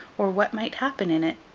or what might happen in it,